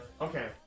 okay